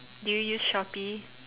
do you use Shopee